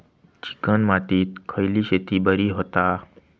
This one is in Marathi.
चिकण मातीत खयली शेती बरी होता?